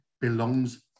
belongs